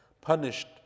punished